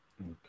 Okay